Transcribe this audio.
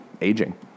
aging